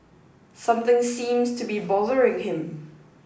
something seems to be bothering him